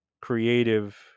creative